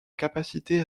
capacité